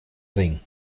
ring